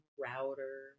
router